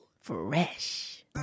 Fresh